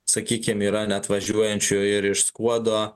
sakykim yra net važiuojančių ir iš skuodo